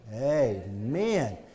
Amen